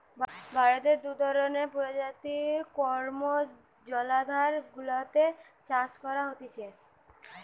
ভারতে দু ধরণের প্রজাতির কম্বোজ জলাধার গুলাতে চাষ করা হতিছে